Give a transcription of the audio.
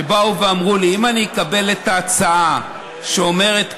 שבאו ואמרו לי, אני אקבל את ההצעה שאומרת כך: